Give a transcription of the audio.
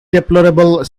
deplorable